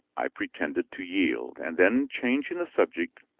i pretended to yield, and then changing the subject,